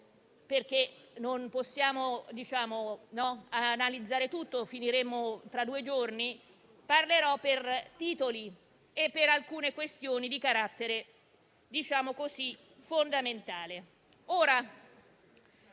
che non possiamo analizzare tutto o finiremmo tra due giorni, parlerò per titoli, affrontando alcune questioni di carattere fondamentale.